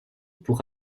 pour